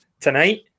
tonight